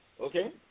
Okay